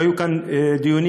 והיו כאן דיונים,